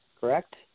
correct